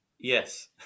Yes